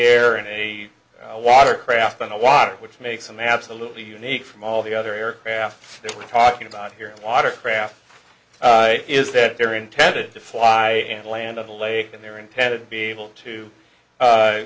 in a watercraft on the water which makes them absolutely unique from all the other aircraft that we're talking about here watercraft is that they're intended to fly and land on the lake and they're intended to be able to